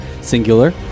singular